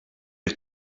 est